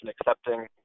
accepting